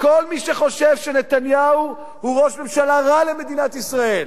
כל מי שחושבים שנתניהו הוא ראש ממשלה רע למדינת ישראל.